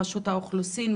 מרשות האוכלוסין,